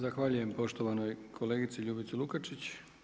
Zahvaljujem poštovanoj kolegici Ljubici Lukačić.